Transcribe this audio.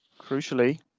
crucially